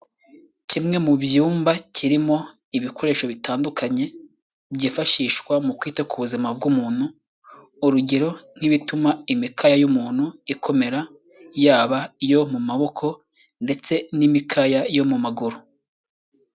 Kimwe mu byumba kirimo ibikoresho bitandukanye byifashishwa mu kwita ku buzima bw'umuntu urugero nk'ibituma imikaya y'umuntu ikomera yaba iyo mu maboko ndetse n'imikaya yo mu maguru.